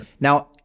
now